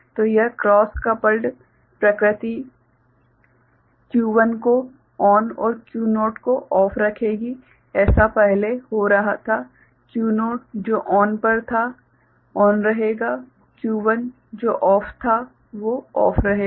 तो यह cross coupled प्रकृति Q1 को चालू और Q0 को बंद रखेगी ऐसा पहले हो रहा था Q0 जो चालू पर था चालू रहेगा और Q1 जो बंद था वो बंद रहेगा